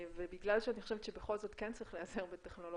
ובגלל שאני חושבת שבכל זאת כן צריך להיעזר בטכנולוגיות,